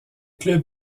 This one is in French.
clubs